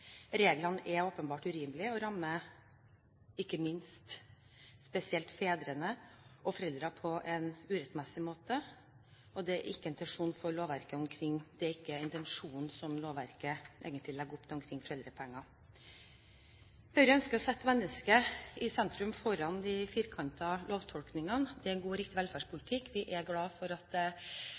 Reglene er åpenbart urimelige og rammer foreldrene, ikke minst fedrene, på en urettmessig måte, og det er ikke en intensjon som lovverket legger opp til omkring foreldrepenger. Høyre ønsker å sette mennesket i sentrum, foran de firkantede lovtolkningene. Det er en god og riktig velferdspolitikk. Vi er glad for at